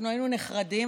היינו נחרדים,